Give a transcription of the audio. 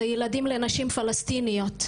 זה ילדים לנשים פלסטיניות,